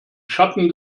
schatten